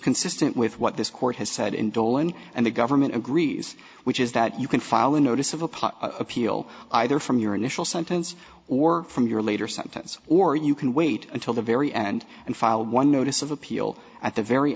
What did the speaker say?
consistent with what this court has said in dolan and the government agrees which is that you can file a notice of appeal appeal either from your initial sentence or from your later sentence or you can wait until the very end and file one notice of appeal at the very